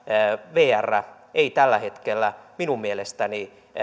vr ei tällä hetkellä minun mielestäni